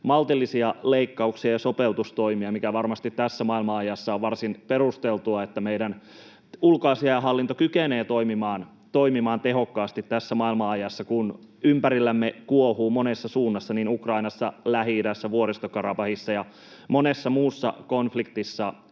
maltillisia leikkauksia ja sopeutustoimia, mikä varmasti tässä maailmanajassa on varsin perusteltua, että meidän ulkoasiainhallinto kykenee toimimaan tehokkaasti, kun ympärillämme kuohuu monessa suunnassa niin Ukrainassa, Lähi-idässä, Vuoristo-Karabahissa kuin monessa muussa konfliktissa